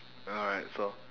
alright so